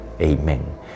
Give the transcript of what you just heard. Amen